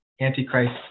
antichrist